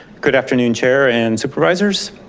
good afternoon chair and supervisors.